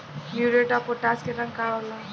Muriate of potash के रंग का होला?